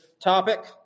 topic